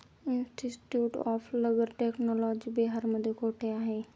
Institute of rubber technology बिहारमध्ये कोठे आहे?